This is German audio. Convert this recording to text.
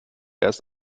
erst